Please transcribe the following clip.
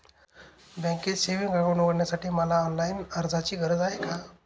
बँकेत savings account उघडण्यासाठी मला ऑनलाईन अर्जाची गरज आहे का?